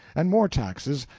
and more taxes,